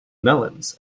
melons